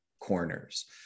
corners